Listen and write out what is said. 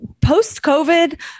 post-COVID